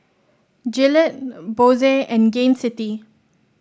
Gillette Bose and Gain City